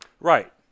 right